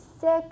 sick